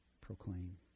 proclaim